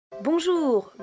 Bonjour